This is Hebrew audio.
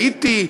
הייתי,